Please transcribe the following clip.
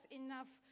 enough